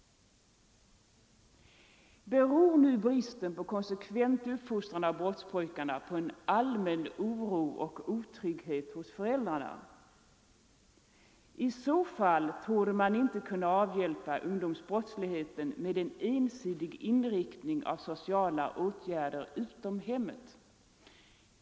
Beror nu bristen på konsekvent uppfostran av brottspojkarna på en allmän oro och otrygghet hos föräldrarna? I så fall torde man inte kunna avhjälpa ungdomsbrottsligheten med en ensidig inriktning av sociala åtgärder utom hemmet.